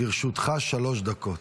לרשותך שלוש דקות.